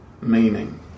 meaning